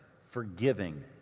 forgiving